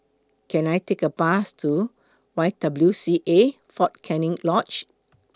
Can I Take A Bus to Y W C A Fort Canning Lodge